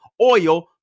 oil